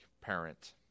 parent